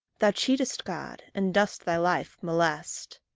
thou cheatest god, and dost thy life molest.